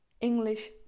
English